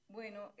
Bueno